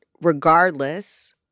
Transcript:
regardless